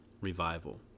revival